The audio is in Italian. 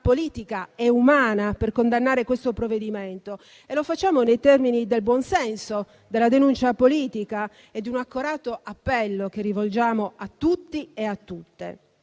politica e umana per condannare questo provvedimento e lo facciamo nei termini del buonsenso, della denuncia politica e di un accorato appello, che rivolgiamo a tutti e a tutte.